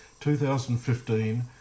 2015